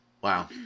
Wow